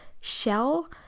shell